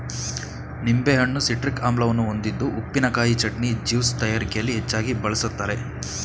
ನಿಂಬೆಹಣ್ಣು ಸಿಟ್ರಿಕ್ ಆಮ್ಲವನ್ನು ಹೊಂದಿದ್ದು ಉಪ್ಪಿನಕಾಯಿ, ಚಟ್ನಿ, ಜ್ಯೂಸ್ ತಯಾರಿಕೆಯಲ್ಲಿ ಹೆಚ್ಚಾಗಿ ಬಳ್ಸತ್ತರೆ